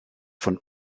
von